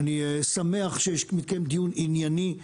אני שמח שמתקיים דיון ענייני,